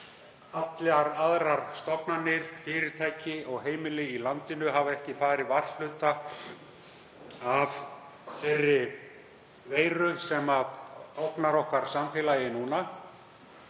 allar aðrar stofnanir, fyrirtæki og heimili í landinu, hefur ekki farið varhluta af þeirri veiru sem ógnar samfélagi okkar